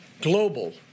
global